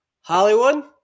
Hollywood